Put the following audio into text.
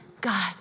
God